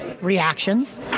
reactions